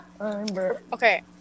Okay